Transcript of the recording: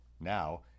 Now